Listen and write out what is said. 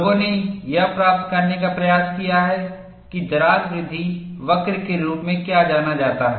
लोगों ने यह प्राप्त करने का प्रयास किया है कि दरार वृद्धि वक्र के रूप में क्या जाना जाता है